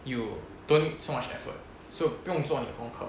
you don't need so much effort so 不用你功课